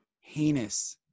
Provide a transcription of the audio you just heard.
heinous